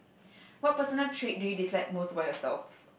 what personal trait do you dislike most about yourself